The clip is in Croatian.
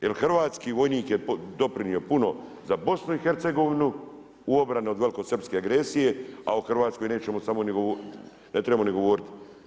Jer hrvatski vojnik je doprinio puno za BIH u obrani od velikosrpske agresije, a o Hrvatskoj ne trebamo ni govoriti.